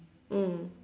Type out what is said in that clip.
mm